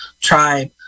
tribe